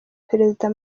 perezida